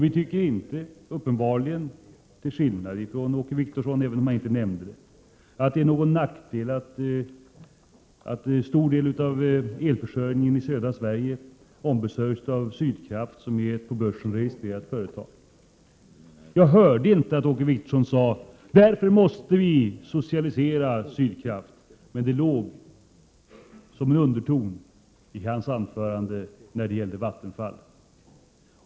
Vi tycker inte — uppenbarligen till skillnad mot Åke Wictorsson, även om han inte nämnde det — att det är någon nackdel att en stor del av elförsörjningen i södra Sverige ombesörjs av Sydkraft, som är ett på börsen registrerat företag. Jag hörde inte att Åke Wictorsson sade att vi därför måste socialisera Sydkraft, men det låg som en underton i hans anförande om Vattenfall.